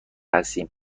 هستیم